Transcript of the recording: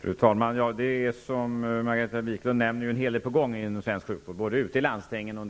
Fru talman! Som Margareta Viklund säger är det en hel del på gång inom svensk sjukvård, både ute i landstingen och